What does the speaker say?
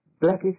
blackish